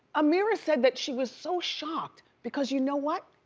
amirah said that she was so shocked because, you know what,